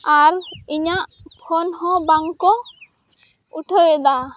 ᱟᱨ ᱤᱧᱟᱜ ᱯᱷᱳᱱ ᱦᱚᱸ ᱵᱟᱝᱠᱚ ᱩᱴᱷᱟᱹᱣᱮᱫᱟ